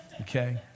Okay